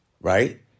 right